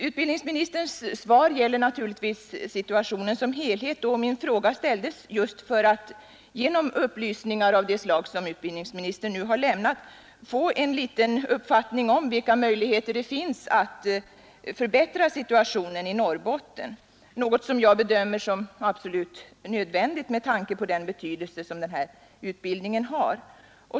Utbildningsministerns svar gäller naturligtvis situationen som helhet, och min fråga framställdes just för att genom upplysningar av det slag som statsrådet nu har lämnat få en liten uppfattning om vilka möjligheter som finns att förbättra situationen i Norrbotten, något som jag bedömer som nödvändigt med tanke på den betydelse som denna utbildning har.